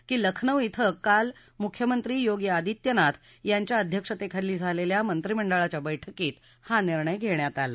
की लखनौ इथं काल मुख्यमंत्री योगी अदित्य नाथ यांच्या अध्यक्षेखाली झालेल्या मंत्रीमंडळाच्या बैठकीत हा निर्णय घेण्यात आला